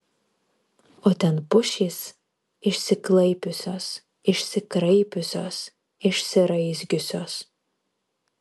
o ten pušys išsiklaipiusios išsikraipiusios išsiraizgiusios